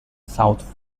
south